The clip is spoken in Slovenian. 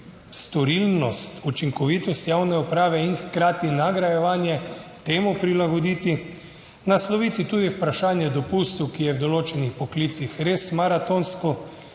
storilnost, učinkovitost javne uprave in hkrati nagrajevanje temu prilagoditi. Nasloviti tudi vprašanje dopustu, ki je v določenih poklicih res maratonsko